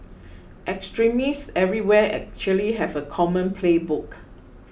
extremists everywhere actually have a common playbook